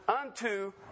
unto